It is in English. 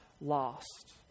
lost